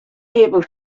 able